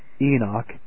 Enoch